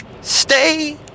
stay